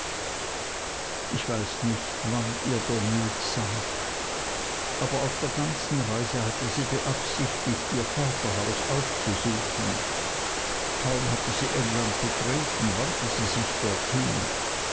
ich weiß nicht wann ihr der mut sank aber auf der ganzen reise hatte sie beabsichtigt ihr vaterhaus aufzusuchen kaum hatte sie england betreten wandte sie sich dorthin